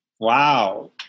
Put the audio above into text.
Wow